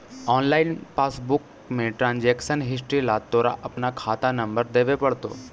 online passbook में transaction history ला तोरा अपना खाता नंबर देवे पडतो